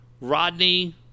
Rodney